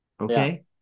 Okay